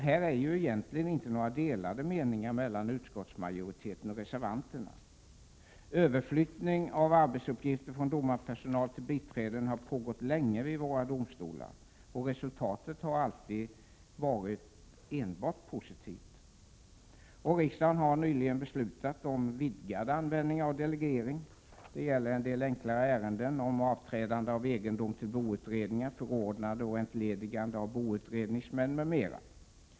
Här finns det egentligen inte några delade meningar mellan utskottsmajoriteten och reservanterna. Överflyttning av arbetsuppgifter från domarpersonal till biträden har pågått länge vid våra domstolar, och resultatet har varit enbart positivt. Riksdagen har nyligen beslutat om vidgad användning av delegering. Det gäller en del enklare ärenden om avträdande av egendom till boutredningar, förordnande och entledigande av boutredningsmän m.m.